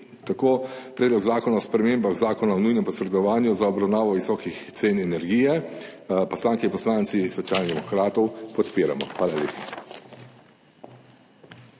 unije. Predlog zakona o spremembah Zakona o nujnem posredovanju za obravnavo visokih cen energije poslanke in poslanci Socialnih demokratov podpiramo. Hvala lepa.